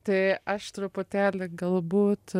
tai aš truputėlį galbūt